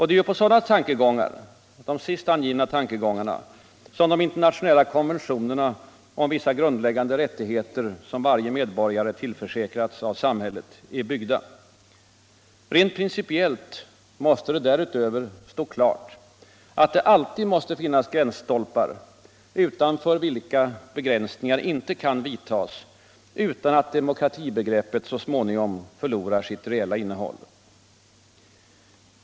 Det är på de här sist angivna tankegångarna som de internationella konventionerna om grundläggande rättigheter, som varje medborgare tillförsäkras av samhället, är byggda. Rent principiellt måste det därutöver stå klart att det alltid finns gränsstolpar utanför vilka begränsningar inte kan vidtagas utan att demokratibegreppet så småningom förlorar sitt reella innehåll.